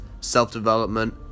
self-development